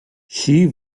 she